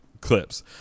clips